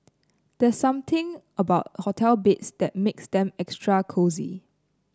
there's something about hotel beds that makes them extra cosy